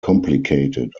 complicated